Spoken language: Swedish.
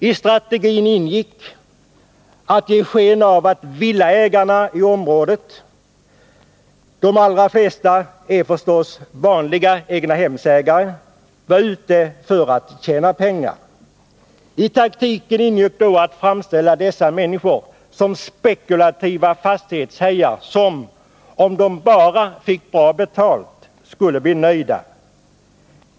I strategin ingick att ge sken av att villaägarna i området — de allra flesta är förstås vanliga egnahemsägare — var ute för att tjäna pengar. I taktiken ingick då att framställa dessa människor som spekulativa fastighetshajar som — om de bara fick bra betalt — skulle bli nöjda.